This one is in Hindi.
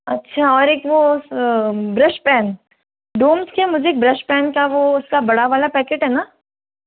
अच्छा और एक वो ब्रश पेन डोम्स का मुझे एक ब्रश पेन वो उसका बड़ा वाला पैकेट है ना